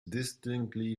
distinctly